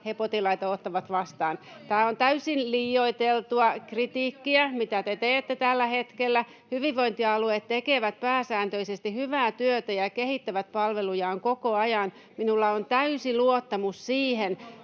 ne potilaita ottavat vastaan. Tämä on täysin liioiteltua kritiikkiä, mitä te teette tällä hetkellä. Hyvinvointialueet tekevät pääsääntöisesti hyvää työtä ja kehittävät palvelujaan koko ajan. [Antti Kurvinen: